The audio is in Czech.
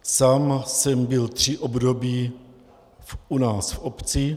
Sám jsem byl tři období u nás v obci.